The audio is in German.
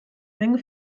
menge